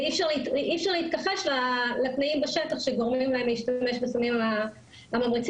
ואי אפשר להתכחש לתנאים בשטח שגורמים להם להשתמש בסמים הממריצים,